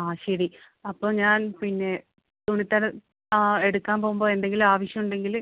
ആ ശരി അപ്പോൾ ഞാൻ പിന്നെ തുണിത്തരം എടുക്കാൻ പോകുമ്പോൾ എന്തെങ്കിലും ആവശ്യമുണ്ടെങ്കില്